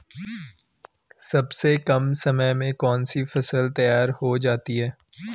सबसे कम समय में कौन सी फसल तैयार हो जाती है?